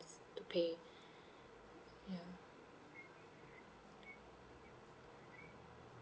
to pay ya